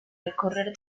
recorrer